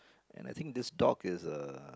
and I think this dog is uh